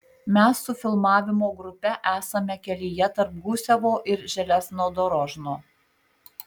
mes su filmavimo grupe esame kelyje tarp gusevo ir železnodorožno